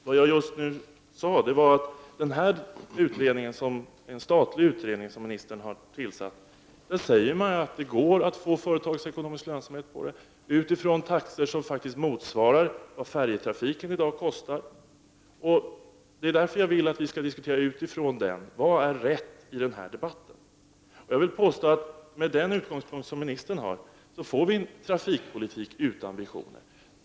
Herr talman! Vad jag just nu sade var att den statliga utredning som ministern har tillsatt förklarar att det går att få företagsekonomisk lönsamhet på tunneltrafik med taxor som faktiskt motsvarar vad färjetrafiken i dag kostar. Därför vill jag att vi utifrån utredningen diskuterar vad som är rätt i denna debatt. Jag vill påstå att vi med ministerns utgångspunkt har en trafikpolitik utan visioner.